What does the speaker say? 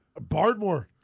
Bardmore